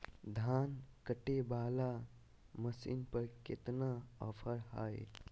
धान कटे बाला मसीन पर कितना ऑफर हाय?